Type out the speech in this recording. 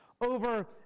over